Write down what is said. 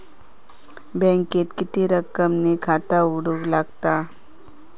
बँकेत किती रक्कम ने खाता उघडूक लागता?